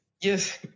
Yes